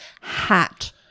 hat